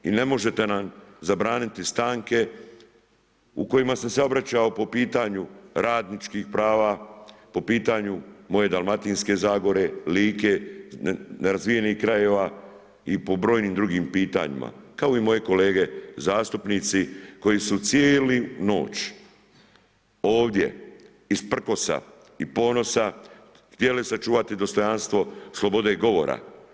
I ne možete nam zabraniti stanke u kojima sam se ja obraćao po pitanju radničkih prava, po pitanju moje Dalmatinske zagore, Like, nerazvijenih krajeva i po brojnim drugim pitanjima, kao i moji kolege zastupnici, koji su cijelu noć ovdje iz prkosa i ponosa htjeli sačuvati dostojanstvo slobode govora.